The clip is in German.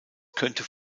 könnte